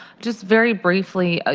just very briefly, ah